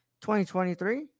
2023